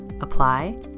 Apply